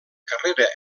carrera